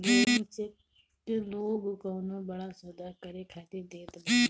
blank cheque लोग कवनो बड़ा सौदा करे खातिर देत बाने